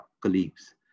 colleagues